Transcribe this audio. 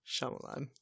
Shyamalan